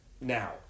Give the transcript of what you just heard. now